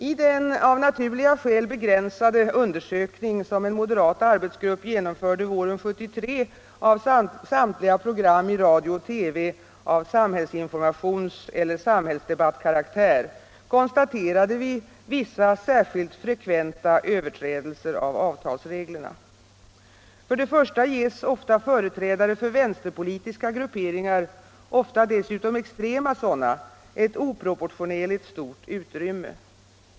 I den, av naturliga skäl begränsade, undersökning som en moderat arbetsgrupp genomförde våren 1973 av samtliga program i radio och TV av samhällsinformationseller samhällsdebattkaraktär konstaterade vi vissa särskilt frekventa överträdelser av avtalsreglerna. För det första ges ofta företrädare för vänsterpolitiska grupperingar - ofta dessutom extrema sådana — ett oproportionerligt stort utrymme.